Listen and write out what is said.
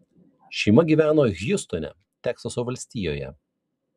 šeima gyveno hjustone teksaso valstijoje